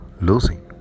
losing